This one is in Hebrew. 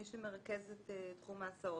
מי שמרכז את תחום ההסעות.